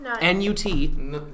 N-U-T